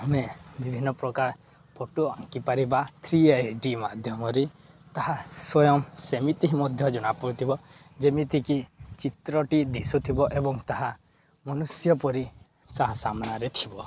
ଆମେ ବିଭିନ୍ନ ପ୍ରକାର ଫଟୋ ଆଙ୍କିପାରିବା ଥ୍ରୀ ଏଡି ମାଧ୍ୟମରେ ତାହା ସ୍ଵୟଂ ସେମିତି ହି ମଧ୍ୟ ଜଣାପଡ଼ୁଥିବ ଯେମିତିକି ଚିତ୍ରଟି ଦିଶୁଥିବ ଏବଂ ତାହା ମନୁଷ୍ୟ ପରି ତାହା ସାମ୍ନାରେ ଥିବ